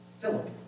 Philip